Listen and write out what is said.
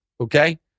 okay